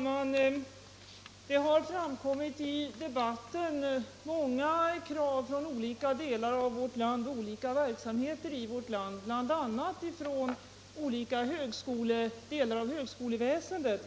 Fru talman! I debatten har framkommit många krav från olika områden i vårt land och från olika verksamheter i landet, bl.a. från delar av högskoleväsendet,